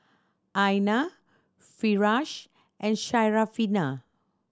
Aina Firash and Syarafina